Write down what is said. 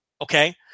Okay